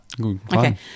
Okay